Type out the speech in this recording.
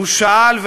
הוא שאל,